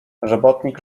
robotnik